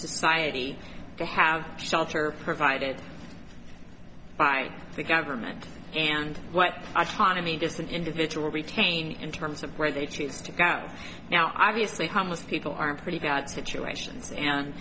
society to have shelter provided by the government and what astronomy just an individual retain in terms of where they choose to go now obviously homeless people are in pretty bad situations and